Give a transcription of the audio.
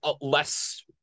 less